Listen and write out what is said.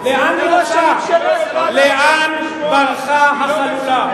לאן ברחה החלולה?